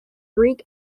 greek